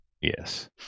yes